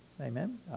amen